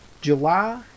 July